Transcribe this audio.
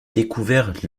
découvert